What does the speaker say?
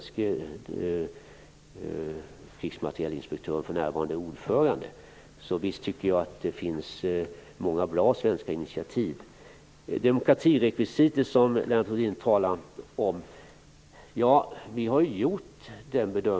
Så visst finns det många bra svenska initiativ, tycker jag.